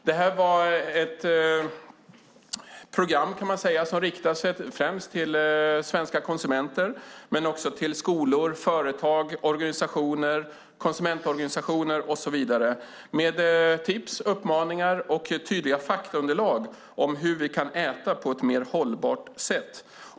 Det var ett program, kan man säga, som främst riktade sig till svenska konsumenter men också till skolor, företag, konsumentorganisationer med flera med tips, uppmaningar och tydliga faktaunderlag om hur vi kan äta på ett mer hållbart sätt.